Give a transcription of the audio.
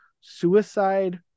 suicide